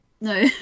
No